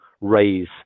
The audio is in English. raise